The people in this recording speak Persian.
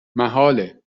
محاله